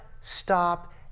stop